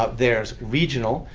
ah there's regional,